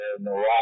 Morocco